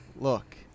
Look